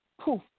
poof